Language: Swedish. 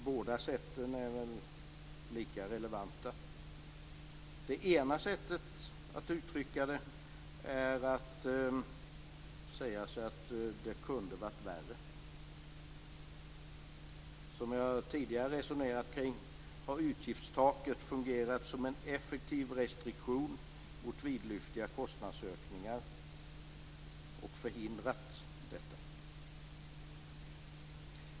Båda sätten är lika relevanta. Det ena sättet att uttrycka det är att säga sig att det kunde varit värre. Som jag tidigare resonerat har utgiftstaket fungerat som en effektiv restriktion mot vidlyftiga kostnadsökningar och förhindrat dessa.